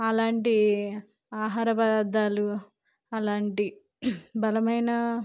అలాంటి ఆహార పదార్ధాలు అలాంటి బలమైన